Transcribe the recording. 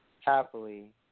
Happily